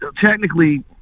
technically